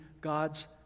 God's